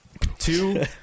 Two